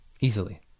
Easily